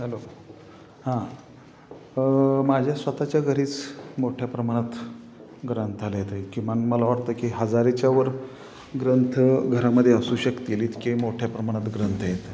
hello हां माझ्या स्वतःच्या घरीच मोठ्या प्रमाणात ग्रंथालय किमान मला वाटतं की हजाराच्यावर ग्रंथ घरामध्ये असू शकतील इतके मोठ्या प्रमाणात ग्रंथ आहेत